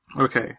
Okay